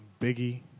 Biggie